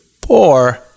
poor